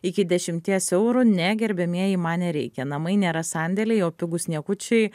iki dešimties eurų ne gerbiamieji man nereikia namai nėra sandėliai o pigūs niekučiai